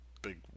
big